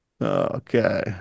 okay